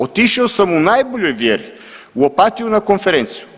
Otišao sam u najboljoj vjeri u Opatiju na konferenciju.